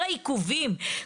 כל העיכובים,